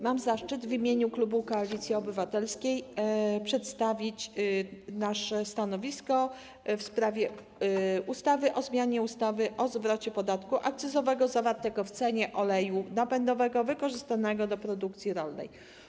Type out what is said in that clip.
Mam zaszczyt w imieniu klubu Koalicji Obywatelskiej przedstawić nasze stanowisko w sprawie ustawy o zmianie ustawy o zwrocie podatku akcyzowego zawartego w cenie oleju napędowego wykorzystywanego do produkcji rolnej.